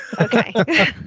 Okay